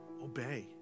obey